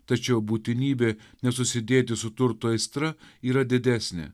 tačiau būtinybė nesusidėti su turto aistra yra didesnė